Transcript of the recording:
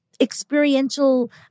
experiential